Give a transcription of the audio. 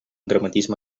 dramatisme